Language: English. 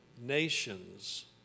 nations